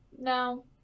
no